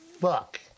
fuck